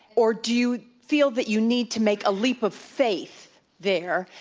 or do you feel that you need to make a leap of faith there?